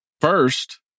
First